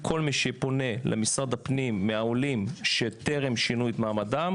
בכל העולם שגם בזמן שנוהל החירום עבד,